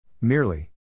Merely